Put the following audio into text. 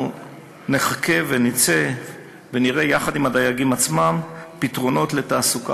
נחכה ונצא ונראה עם הדייגים עצמם פתרונות לתעסוקה